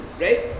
right